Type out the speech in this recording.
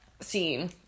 scene